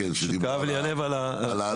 שכאב לי הלב על האישה,